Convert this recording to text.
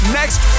next